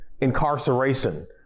incarceration